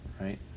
right